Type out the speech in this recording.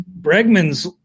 Bregman's